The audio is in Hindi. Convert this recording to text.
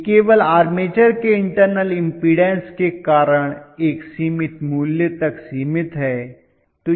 यह केवल आर्मेचर के इंटरनल इम्पीडन्स के कारण एक सीमित मूल्य तक सीमित है